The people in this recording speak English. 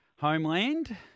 homeland